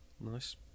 Nice